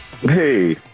Hey